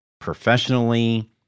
professionally